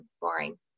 boring